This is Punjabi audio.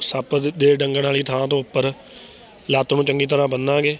ਸੱਪ ਦ ਦੇ ਡੰਗਣ ਵਾਲੀ ਥਾਂ ਤੋਂ ਉਪਰ ਲੱਤ ਨੂੰ ਚੰਗੀ ਤਰ੍ਹਾਂ ਬੰਨਾਂਗੇ